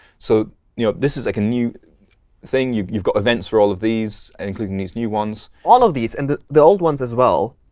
so you know this is like a new thing. you've you've got events for all of these, including these new ones. surma all of these, and the the old ones, as well,